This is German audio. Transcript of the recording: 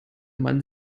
man